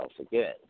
again